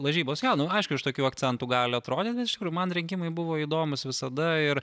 lažybos jo nu aišku iš tokių akcentų gali atrodyti iš kurių man rinkimai buvo įdomūs visada ir